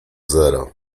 zero